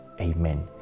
Amen